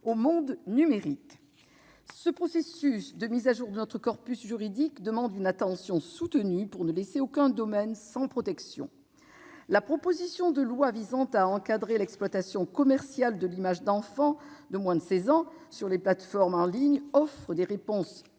au monde numérique. Ce processus de mise à jour de notre corpus juridique demande une attention soutenue pour ne laisser aucun domaine sans protection. La proposition de loi « visant à encadrer l'exploitation commerciale de l'image d'enfants de moins de seize ans sur les plateformes en ligne » offre des réponses